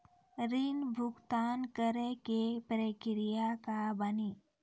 ऋण भुगतान करे के प्रक्रिया का बानी?